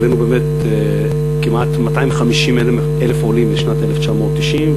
והבאנו באמת כמעט 250,000 עולים בשנת 1990,